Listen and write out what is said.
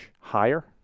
higher